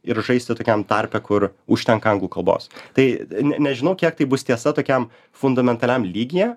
ir žaisti tokiam tarpe kur užtenka anglų kalbos tai ne nežinau kiek tai bus tiesa tokiam fundamentaliam lygyje